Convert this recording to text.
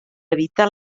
evitar